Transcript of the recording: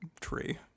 tree